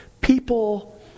people